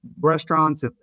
restaurants